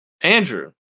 Andrew